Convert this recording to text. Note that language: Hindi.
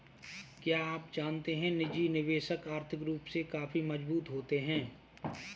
क्या आप जानते है निजी निवेशक आर्थिक रूप से काफी मजबूत होते है?